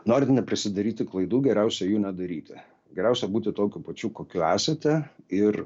norint neprisidaryti klaidų geriausia jų nedaryti geriausia būti tokiu pačiu kokiu esate ir